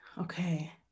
okay